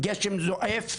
גשם זועף,